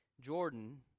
Jordan